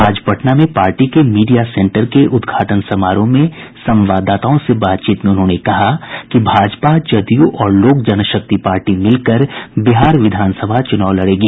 आज पटना में पार्टी के मीडिया सेंटर के उद्घाटन समारोह में संवाददाताओं से बातचीत में उन्होंने कहा कि भाजपा जदयू और लोक जनशक्ति पार्टी मिलकर बिहार विधान सभा चुनाव लड़ेगी